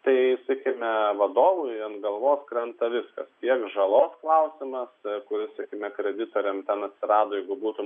tai sakykime vadovui ant galvos krenta viskas tiek žalos klausimas kuris sakykime kreditoriam ten atsirado jeigu būtum